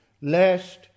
lest